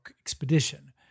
expedition